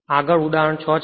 આગળ ઉદાહરણ 6 છે